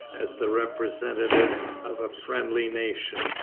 as the representative of a friendly nation,